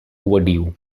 overdue